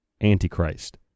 antichrist